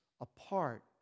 apart